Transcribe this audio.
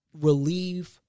Relieve